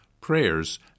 prayers